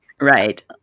Right